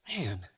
man